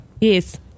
Yes